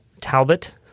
Talbot